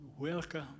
Welcome